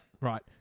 Right